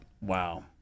Wow